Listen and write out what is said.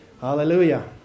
Hallelujah